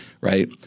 right